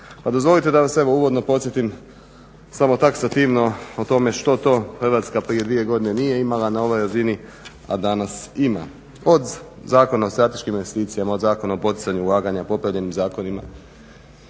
dozvolite da vas evo uvodno podsjetim samo taksativno o tome što to Hrvatska prije dvije godine nije imala na ovoj razini a danas ima. Od Zakona o strateškim investicijama, od Zakona o poticanju ulaganja, …/Govornik se ne